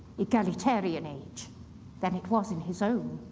egalitarian age than it was in his own.